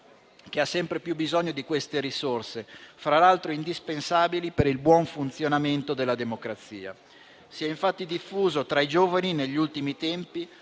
che ha sempre più bisogno di queste risorse, fra l'altro indispensabili per il buon funzionamento della democrazia. Si è infatti diffuso tra i giovani, negli ultimi tempi,